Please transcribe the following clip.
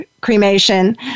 cremation